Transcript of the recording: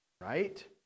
right